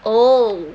oh